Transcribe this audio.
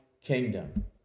kingdom